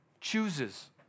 chooses